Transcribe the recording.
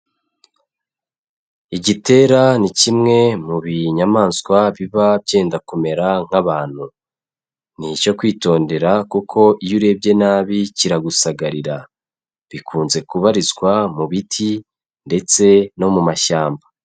Igitera ni kimwe mu binyamaswa biba byenda kumera nk'abantu, ni icyo kwitondera kuko iyo urebye nabi kiragusagarira, bikunze kubarizwa mu biti ndetse no mu mashyamba.